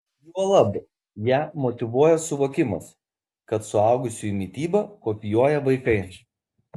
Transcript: juolab ją motyvuoja suvokimas kad suaugusiųjų mitybą kopijuoja vaikai